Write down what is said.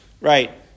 right